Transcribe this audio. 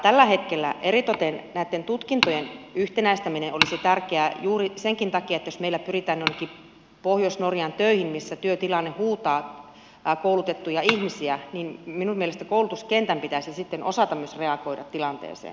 tällä hetkellä eritoten näitten tutkintojen yhtenäistäminen olisi tärkeää juuri senkin takia että jos meiltä pyritään jonnekin pohjois norjaan töihin missä työtilanne huutaa koulutettuja ihmisiä niin minun mielestäni koulutuskentän pitäisi sitten osata myös reagoida tilanteeseen